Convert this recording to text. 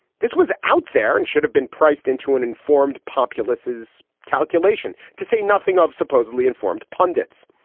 this was out there and should have been priced into an informed populaces calculation to say nothing of supposedly informed pundits.